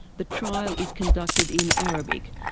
the trial is conducted in arabic,